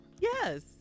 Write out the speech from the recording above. Yes